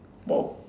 !wow!